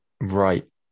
Right